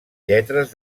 lletres